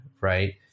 right